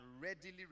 readily